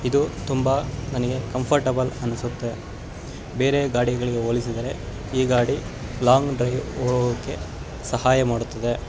ಇದು ತುಂಬ ನನಗೆ ಕಂಫರ್ಟಬಲ್ ಅನಿಸುತ್ತೆ ಬೇರೆ ಗಾಡಿಗಳಿಗೆ ಹೋಲಿಸಿದರೆ ಈ ಗಾಡಿ ಲಾಂಗ್ ಡ್ರೈವ್ ಹೋಗೋಕ್ಕೆ ಸಹಾಯ ಮಾಡುತ್ತದೆ